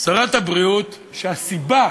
שרת הבריאות, שהסיבה